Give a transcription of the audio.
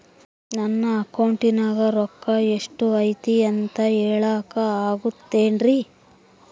ನನ್ನ ಅಕೌಂಟಿನ್ಯಾಗ ರೊಕ್ಕ ಎಷ್ಟು ಐತಿ ಅಂತ ಹೇಳಕ ಆಗುತ್ತೆನ್ರಿ?